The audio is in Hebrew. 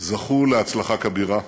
זכו להצלחה כבירה.